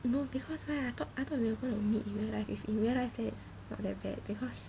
you know because right I thought I thought we were gonna meet in real life if in real life then it's not that bad because